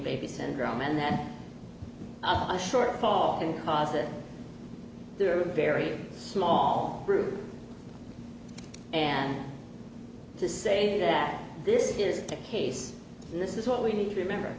baby syndrome and that shortfall can cause that they're a very small group and to say that this is the case and this is what we need to remember